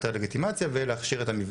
היתר לגיטימציה ולהכשיר את המבנה.